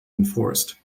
enforced